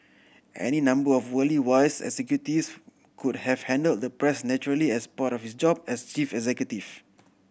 any number of worldly wise executives could have handled the press naturally as part of his job as chief executive